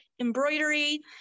embroidery